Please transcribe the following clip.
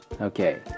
Okay